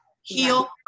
heal